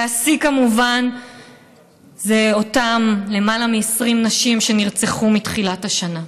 והשיא כמובן זה למעלה מ-20 הנשים שנרצחו מתחילת השנה.